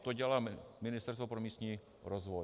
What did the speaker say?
To dělá Ministerstvo pro místní rozvoj.